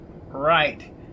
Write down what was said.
Right